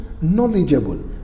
knowledgeable